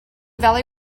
valley